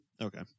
Okay